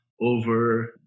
over